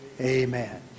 Amen